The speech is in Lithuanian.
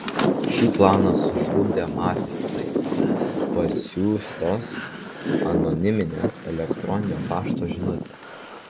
šį planą sužlugdė matricai pasiųstos anoniminės elektroninio pašto žinutės